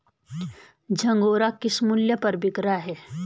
झंगोरा किस मूल्य पर बिक रहा है?